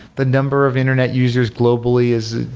the number of internet users globally is